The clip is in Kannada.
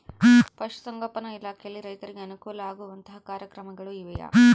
ಪಶುಸಂಗೋಪನಾ ಇಲಾಖೆಯಲ್ಲಿ ರೈತರಿಗೆ ಅನುಕೂಲ ಆಗುವಂತಹ ಕಾರ್ಯಕ್ರಮಗಳು ಇವೆಯಾ?